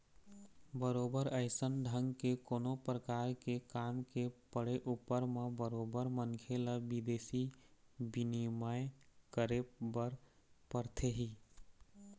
बरोबर अइसन ढंग के कोनो परकार के काम के पड़े ऊपर म बरोबर मनखे ल बिदेशी बिनिमय करे बर परथे ही